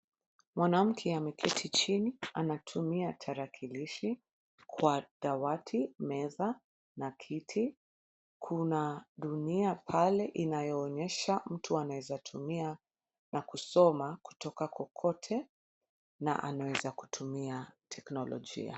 Mwanamke ameketi chini, anatumia tarakilishi. Kwa dawati, meza na kiti. Kuna dunia pale inayoonyesha mtu anaweza kutumia na kusoma kutoka kokote, na anaweza kutumia teknologia.